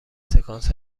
سکانس